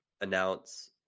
announce